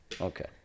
Okay